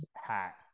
hat